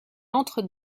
entrent